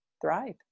thrive